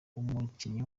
umukinnyi